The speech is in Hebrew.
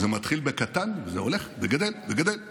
זה מתחיל בקטן וזה הולך וגדל וגדל וגדל,